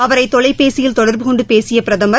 அவரை தொலைபேசியில் தொடர்பு கொண்டு பேசிய பிரதமர்